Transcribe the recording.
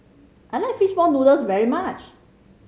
I like fish ball noodles very much